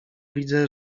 widzę